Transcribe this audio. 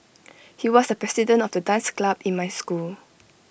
he was the president of the dance club in my school